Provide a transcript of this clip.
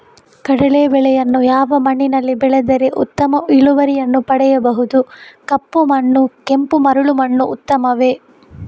ಕಡಲೇ ಬೆಳೆಯನ್ನು ಯಾವ ಮಣ್ಣಿನಲ್ಲಿ ಬೆಳೆದರೆ ಉತ್ತಮ ಇಳುವರಿಯನ್ನು ಪಡೆಯಬಹುದು? ಕಪ್ಪು ಮಣ್ಣು ಕೆಂಪು ಮರಳು ಮಣ್ಣು ಉತ್ತಮವೇ?